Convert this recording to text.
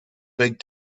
big